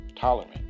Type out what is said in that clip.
tolerant